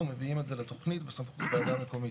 מביאים את זה לתכנית בסמכות של ועדה מקומית.